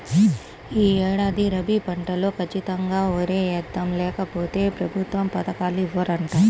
యీ ఏడాది రబీ పంటలో ఖచ్చితంగా వరే యేద్దాం, లేకపోతె ప్రభుత్వ పథకాలు ఇవ్వరంట